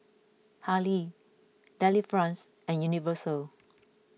Hurley Delifrance and Universal